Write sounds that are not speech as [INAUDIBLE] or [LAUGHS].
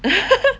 [LAUGHS]